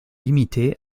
limitée